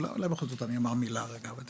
אומר בכל זאת מילה על זה,